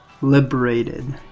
Liberated